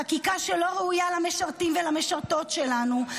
חקיקה שלא ראויה למשרתים ולמשרתות שלנו,